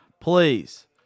Please